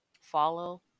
follow